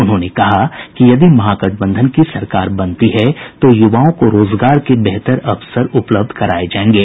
उन्होंने कहा कि यदि महागठबंधन की सरकार बनती है तो युवाओं को रोजगार के बेहतर अवसर उपलब्ध कराये जायेंगे